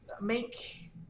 Make